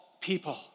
people